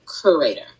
curator